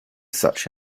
such